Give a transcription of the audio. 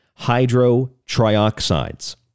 hydrotrioxides